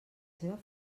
seva